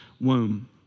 womb